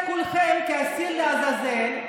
הוא בעצם הוציא את כולכם כשעיר לעזאזל,